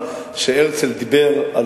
מקבלים תמריצים שהציבור היהודי לא